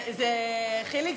תזכירי אותי, אני רוצה הודעה אישית.